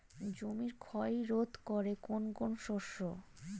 জমির ক্ষয় রোধ করে কোন কোন শস্য?